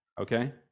Okay